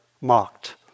mocked